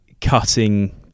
cutting